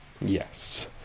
yes